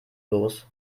los